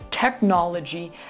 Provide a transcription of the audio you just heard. technology